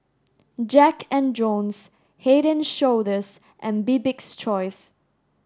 Jack and Jones Head and Shoulders and Bibik's choice